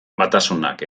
batasunak